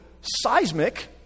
seismic